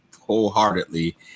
wholeheartedly